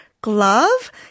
glove